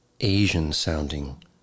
Asian-sounding